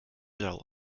blau